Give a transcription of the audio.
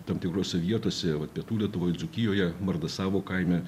tam tikrose vietose vat pietų lietuvoj dzūkijoje mardasavo kaime